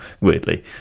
weirdly